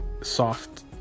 soft